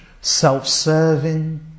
self-serving